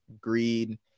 greed